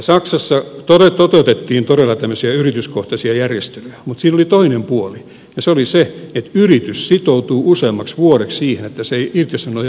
saksassa toteutettiin todella tämmöisiä yrityskohtaisia järjestelyjä mutta siinä oli toinen puoli ja se oli se että yritys sitoutuu useammaksi vuodeksi siihen että se ei irtisano ja lomauta ketään